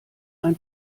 ein